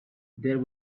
there